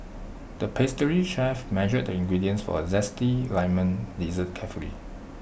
the pastry chef measured the ingredients for A Zesty Lemon Dessert carefully